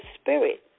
spirit